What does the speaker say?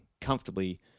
comfortably